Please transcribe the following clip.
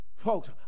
Folks